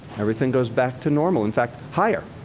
everything goes back to normal. in fact, higher.